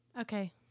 Okay